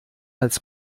als